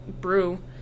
brew